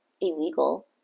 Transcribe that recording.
illegal